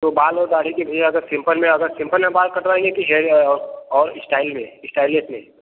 तो बाल और दाढ़ी की भैया अगर सिंपल में अगर सिंपल में बाल कटवाएँगे कि और स्टाइल में स्टाइलिश में